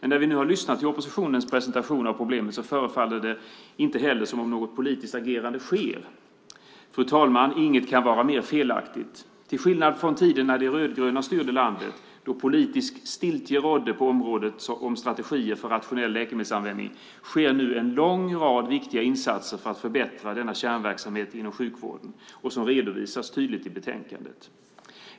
När vi nu har lyssnat till oppositionens presentationer av problemen förefaller det inte som om något politiskt agerande sker. Inget kan vara mer felaktigt, fru talman. Till skillnad från tiden när de rödgröna styrde landet, då politisk stiltje rådde på området för strategier för rationell läkemedelsanvändning, sker nu en lång rad viktiga insatser för att förbättra denna kärnverksamhet inom sjukvården. Detta redovisas tydligt i betänkandet.